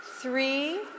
Three